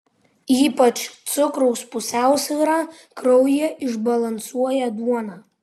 ypač cukraus pusiausvyrą kraujyje išbalansuoja duona